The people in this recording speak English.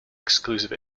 exclusive